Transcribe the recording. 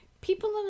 People